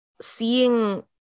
seeing